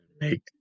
make